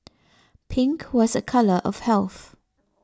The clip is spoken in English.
pink was a colour of health